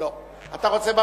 לא, אני